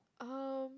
um